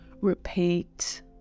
Repeat